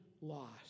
lost